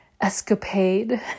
escapade